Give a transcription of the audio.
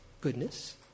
goodness